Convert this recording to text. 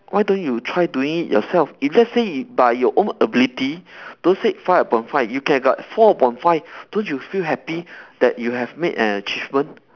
why don't you try doing it yourself if let's say by your own ability don't say five upon five you can got four upon five don't you feel happy that you have made an achievement